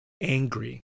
angry